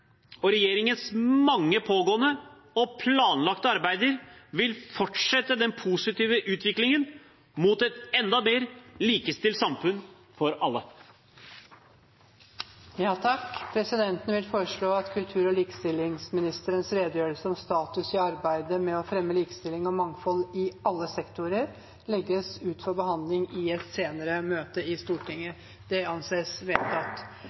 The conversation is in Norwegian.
Regjeringens mange pågående og planlagte arbeider vil fortsette den positive utviklingen mot et enda mer likestilt samfunn for alle. Presidenten vil foreslå at kultur- og likestillingsministerens redegjørelse om status i arbeidet med å fremme likestilling og mangfold i alle sektorer legges ut for behandling i et senere møte i Stortinget. – Det anses vedtatt.